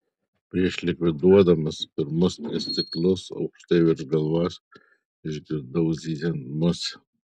prieš likviduodamas pirmus tris stiklus aukštai virš galvos išgirdau zyziant musę